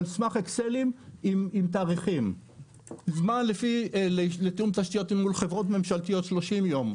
על סמך אקסל עם תאריכים - זמן לתיאום תשתיות מול חברות ממשלתיות 30 יום,